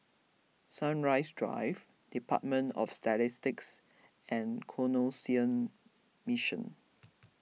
Sunrise Drive Department of Statistics and Canossian Mission